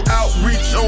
outreach